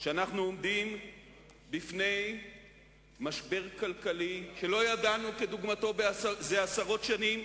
שאנחנו עומדים בפני משבר כלכלי שלא ידענו דוגמתו זה עשרות שנים,